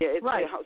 right